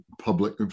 public